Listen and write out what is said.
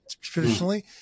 traditionally